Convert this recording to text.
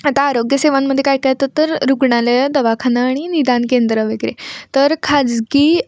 आता आरोग्यसेवांमध्ये काय काय येतं तर रुग्णालयं दवाखानं आणि निदान केंद्रं वगैरे तर खाजगी